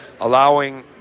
allowing